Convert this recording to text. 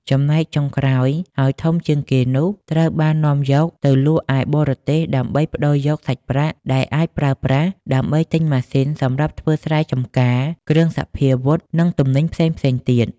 ចំណែកចុងក្រោយ ហើយធំជាងគេនោះ ត្រូវបាននាំយកទៅលក់នៅឯបរទេសដើម្បីប្តូរយកសាច់ប្រាក់ ដែលអាចប្រើប្រាស់ ដើម្បីទិញម៉ាស៊ីនសម្រាប់ធ្វើស្រែចម្ការ គ្រឿងសព្វាវុធ និងទំនិញផ្សេងៗ ទៀត ។